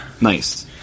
Nice